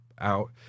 out